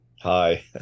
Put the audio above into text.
Hi